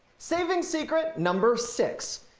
saving secret number six,